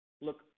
look